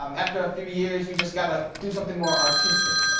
um after a few years you've just got to do something more artistic,